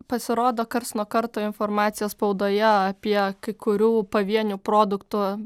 pasirodo karts nuo karto informacija spaudoje apie kai kurių pavienių produktų